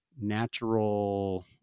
natural